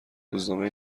روزنامه